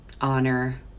honor